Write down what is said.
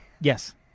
Yes